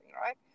right